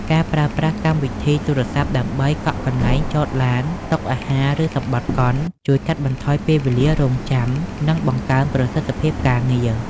ការប្រើប្រាស់កម្មវិធីទូរស័ព្ទដើម្បីកក់កន្លែងចតឡាន តុអាហារ ឬសំបុត្រកុន ជួយកាត់បន្ថយពេលវេលារង់ចាំ និងបង្កើនប្រសិទ្ធភាពការងារ។